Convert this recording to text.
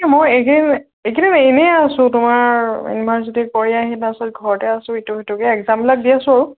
মই এইদিন এইকেইদিন এনেই আছোঁ তোমাৰ ইউনিভাৰ্চিটি কৰি আহি তাৰপিছত ঘৰতে আছোঁ ইটো সটোকে এগজামবিলাক দি আছোঁ আৰু